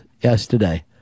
yesterday